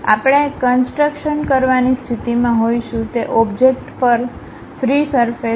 તેથી આપણે કન્સટ્રક્શન કરવાની સ્થિતિમાં હોઈશું તે ઓબ્જેક્ટ પર ફ્રી સરફેસ